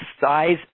size